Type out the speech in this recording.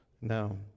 No